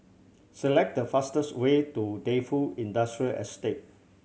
select the fastest way to Defu Industrial Estate